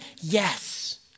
Yes